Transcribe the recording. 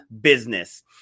business